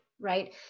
right